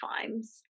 times